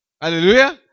Hallelujah